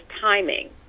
timing